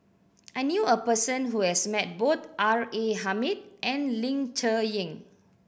I knew a person who has met both R A Hamid and Ling Cher Eng